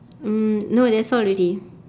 um no that's all already